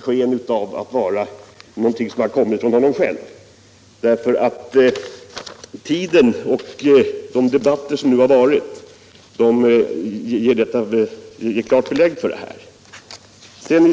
sken av att ha kommit från honom själv. Tiden som gått och de debatter som nu har förekommit ger klara belägg för att det förhåller sig så som jag säger.